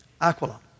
Aquila